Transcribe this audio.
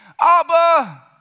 Abba